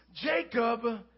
Jacob